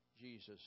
Jesus